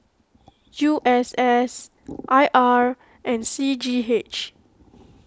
U S S I R and C G H